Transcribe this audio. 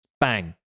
Bang